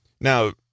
Now